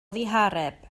ddihareb